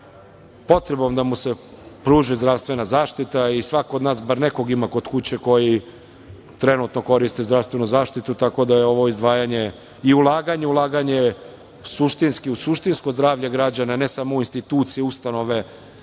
sa potrebom da mu se pruži zdravstvena zaštita i svako od nas bar nekog ima kod kuće koji trenutno koristi zdravstvenu zaštitu, tako da je ovo izdvajanje i ulaganje ulaganje suštinski u suštinsko zdravlje građana, ne samo u institucije, ustanove